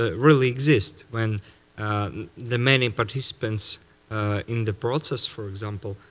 ah really exist, when the many participants in the process, for example,